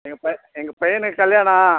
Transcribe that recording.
எங்கள் ப எங்கள் பையனுக்கு கல்யாணம்